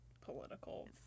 political